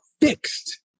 fixed